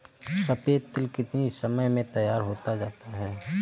सफेद तिल कितनी समय में तैयार होता जाता है?